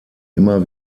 immer